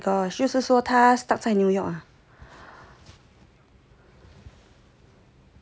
oh my gosh 就是说他 stuck 在 New York ah